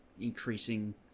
increasing